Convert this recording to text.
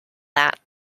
that